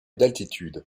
d’altitude